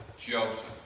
Joseph